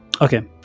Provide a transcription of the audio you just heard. Okay